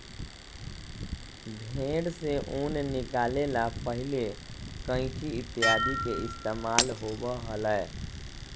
भेंड़ से ऊन निकाले ला पहले कैंची इत्यादि के इस्तेमाल होबा हलय